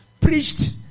preached